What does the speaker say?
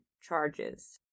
charges